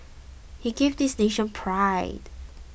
he gave this nation pride